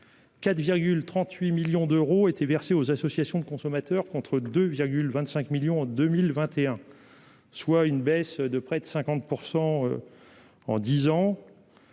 4 38 millions d'euros étaient versés aux associations de consommateurs contre 2,25 millions en 2021. Soit une baisse de près de 50 % en 10 ans,